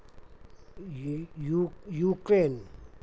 you यू Ukraine